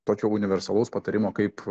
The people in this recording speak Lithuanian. tokio universalaus patarimo kaip